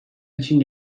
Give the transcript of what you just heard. için